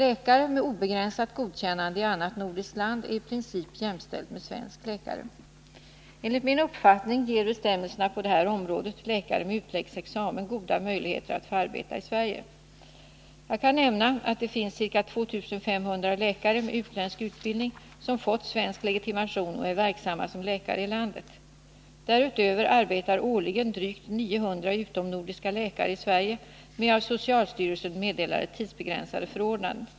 äkare med obegränsat godkännande i annat nordiskt land är i princip Enligt min uppfattning ger bestämmelserna på detta område läkare med utländsk examen goda möjligheter att få arbeta i Sverige. Jag kan nämna att det finns ca 2 500 läkare med utländsk utbildning som fått svensk legitimation och är verksamma som läkare i landet. Därutöver arbetar årligen drygt 900 utomnordiska läkare i Sverige med av socialstyrelsen meddelade tidsbegränsade förordnanden.